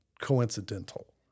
coincidental